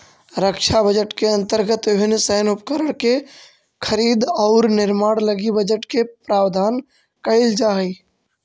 रक्षा बजट के अंतर्गत विभिन्न सैन्य उपकरण के खरीद औउर निर्माण लगी बजट के प्रावधान कईल जाऽ हई